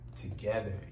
together